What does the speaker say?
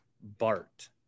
Bart